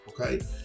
Okay